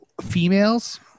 females